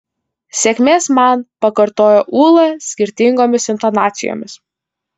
sėkmės man pakartojo ūla skirtingomis intonacijomis